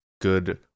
good